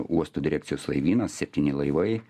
uosto direkcijos laivynas septyni laivai